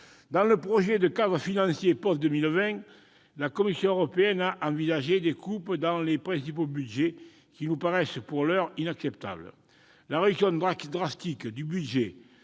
Dans le projet de cadre financier post-2020, la Commission européenne a envisagé des coupes dans les principaux budgets, qui nous paraissent, pour l'heure, inacceptables. La réduction drastique du budget